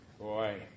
Boy